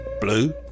blue